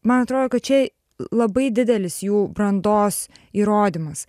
man atrodo kad čia labai didelis jų brandos įrodymas